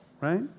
right